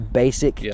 basic